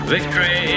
Victory